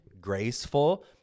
graceful